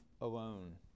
alone